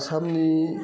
आसामनि